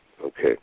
Okay